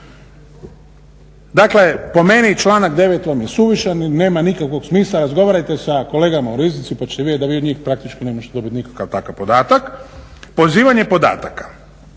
Dakle, po meni članak 9. vam je suvišan, nema nikakvog smisla. Razgovarajte sa kolegama u Riznici pa ćete vidjeti da vi od njih praktički ne možete dobiti nikakav takav podatak. Pozivanje podataka.